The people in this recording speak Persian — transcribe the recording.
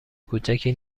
کوچکی